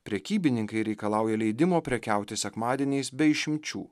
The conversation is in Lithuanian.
prekybininkai reikalauja leidimo prekiauti sekmadieniais be išimčių